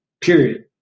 Period